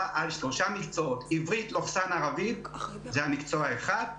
על שלושה מקצועות: עברית/ערבית זה מקצוע אחד,